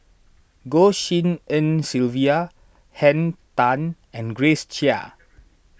Goh Tshin En Sylvia Henn Tan and Grace Chia